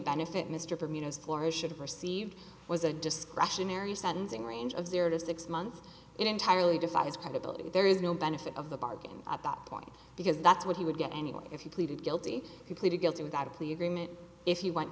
received was a discretionary sentencing range of zero to six months entirely defies credibility and there is no benefit of the bargain at that point because that's what he would get anyway if he pleaded guilty plea to guilty without a plea agreement if you want